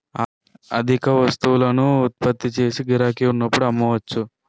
అధిక వస్తువులను ఉత్పత్తి చేసి గిరాకీ ఉన్నప్పుడు అమ్మవచ్చు